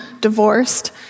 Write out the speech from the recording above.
divorced